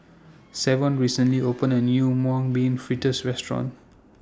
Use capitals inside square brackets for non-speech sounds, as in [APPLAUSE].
[NOISE] Savon recently opened A New Mung Bean Fritters Restaurant